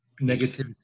negativity